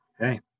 okay